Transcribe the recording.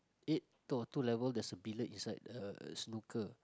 eight or two level there's a billiard inside the snooker